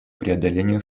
преодолению